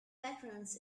patrons